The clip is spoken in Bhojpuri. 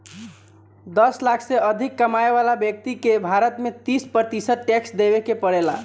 दस लाख से अधिक कमाए वाला ब्यक्ति के भारत में तीस प्रतिशत टैक्स देवे के पड़ेला